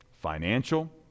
Financial